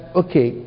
okay